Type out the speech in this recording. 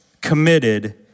committed